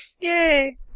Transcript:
Yay